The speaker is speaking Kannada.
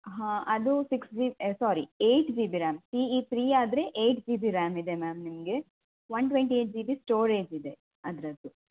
ಹಾಂ ಅದು six G sorry eight G B RAM C E three ಆದರೆ ಏಯ್ಟ್ ಜಿ ಬಿ ರ್ಯಾಮ್ ಇದೆ ಮ್ಯಾಮ್ ನಿಮಗೆ one twenty eight G B storage ಇದೆ ಅದರದ್ದು